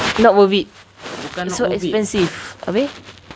not worth it it so expensive habis